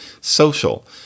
social